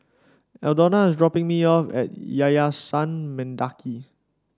Aldona is dropping me off at Yayasan Mendaki